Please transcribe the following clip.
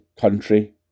country